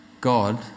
God